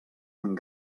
amb